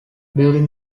during